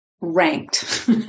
ranked